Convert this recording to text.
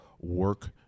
work